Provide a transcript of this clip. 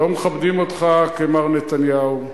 לא מכבדים אותך כמר נתניהו,